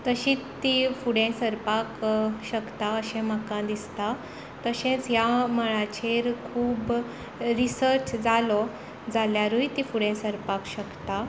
तशींच ती फुडें सरपाक शकता अशें म्हाका दिसता तशेंच ह्या मळाचेर खूब रिसर्च जालो जाल्यारूय ती फुडें सरपाक शकता